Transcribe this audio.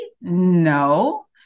No